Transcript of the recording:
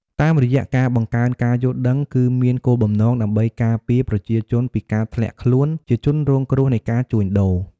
តាមរយៈការបង្កើនការយល់ដឹង គឺមានគោលបំណងដើម្បីការពារប្រជាជនពីការធ្លាក់ខ្លួនជាជនរងគ្រោះនៃការជួញដូរ។